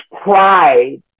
pride